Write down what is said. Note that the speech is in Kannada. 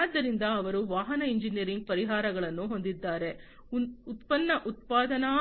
ಆದ್ದರಿಂದ ಅವರು ವಾಹನ ಎಂಜಿನಿಯರಿಂಗ್ ಪರಿಹಾರಗಳನ್ನು ಹೊಂದಿದ್ದಾರೆ ಉತ್ಪನ್ನ ಉತ್ಪಾದನಾ